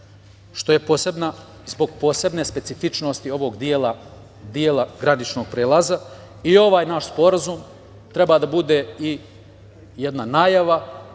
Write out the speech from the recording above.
što je zbog posebne specifičnosti ovog dela graničnog prelaza. Ovaj naš Sporazum treba da bude i jedna najava